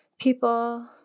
people